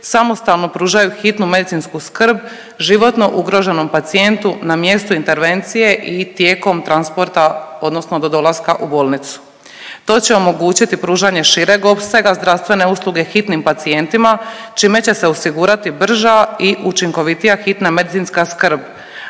samostalno pružaju hitnu medicinsku skrb životno ugroženom pacijentu na mjestu intervencije i tijekom transporta odnosno do dolaska u bolnicu. To će omogućiti pružanje šireg opsega zdravstvene usluge hitnim pacijentima čime će se osigurati brža i učinkovitija hitna medicinska skrb,